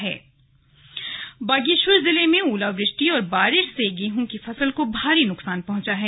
फसल बर्बाद बागेश्वर जिले में ओलावृष्टि और बारिश से गेहूं की फसल को भारी नुकसान पहुंचा है